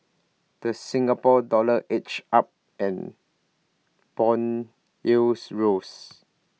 the Singapore dollar edged up and Bond yields rose